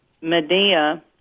Medea